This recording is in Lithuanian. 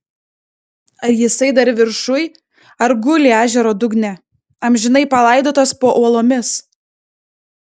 ar jisai dar viršuj ar guli ežero dugne amžinai palaidotas po uolomis